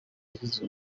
azize